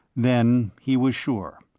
then he was sure.